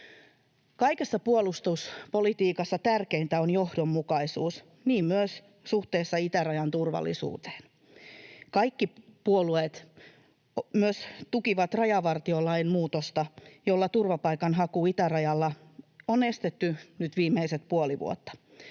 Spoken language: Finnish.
Kaikessa puolustuspolitiikassa tärkeintä on johdonmukaisuus, niin myös suhteessa itärajan turvallisuuteen. Kaikki puolueet tukivat myös rajavartiolain muutosta, jolla turvapaikanhaku itärajalla on estetty nyt viimeiset puoli vuotta.